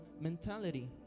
mentality